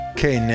Okay